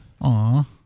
Aw